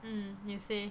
mm you say